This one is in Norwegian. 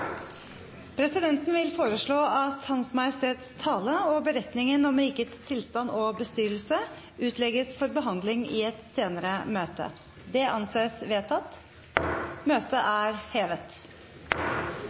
Presidenten vil foreslå at Hans Majestet Kongens tale og beretningen om rikets tilstand og bestyrelse utlegges for behandling i et senere møte. – Det anses vedtatt.